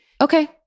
Okay